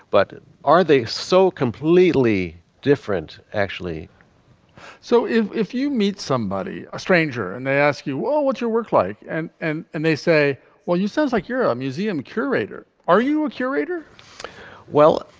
but are they so completely different actually so if if you meet somebody a stranger and they ask you all what's your work like. and and and they say well you sounds like you're a museum curator. are you a curator well